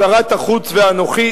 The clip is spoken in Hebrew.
שרת החוץ ואנוכי,